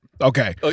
Okay